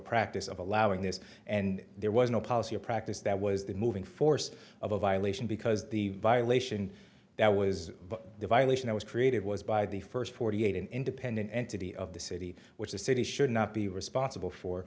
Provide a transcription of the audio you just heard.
practice of allowing this and there was no policy or practice that was the moving force of a violation because the violation that was the violation it was created was by the first forty eight an independent entity of the city which the city should not be responsible for